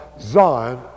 Zion